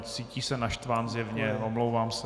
Cítí se naštván zjevně, omlouvám se.